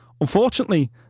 Unfortunately